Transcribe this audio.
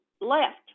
left